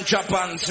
Japan